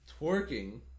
twerking